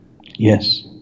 Yes